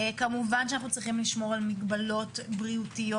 כמובן שאנחנו צריכים לשמור על מגבלות בריאותיות